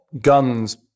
guns